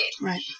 Right